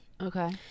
Okay